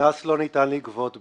קנס לא ניתן לגבות באזרחי.